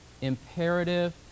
imperative